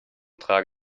trage